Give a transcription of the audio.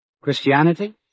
Christianity